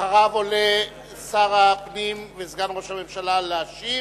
אחריו עולה שר הפנים וסגן ראש הממשלה להשיב,